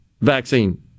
vaccine